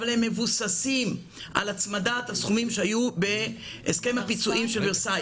אבל הם מבוססים על הצמדת הסכומים שהיו בהסכם הפיצויים של ורסאי,